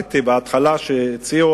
התלבטתי בהתחלה כשהציעו,